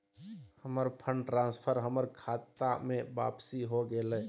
हमर fund transfer हमर खता में वापसी हो गेलय